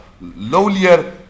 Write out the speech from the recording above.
lowlier